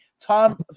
Tom